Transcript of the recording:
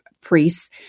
priests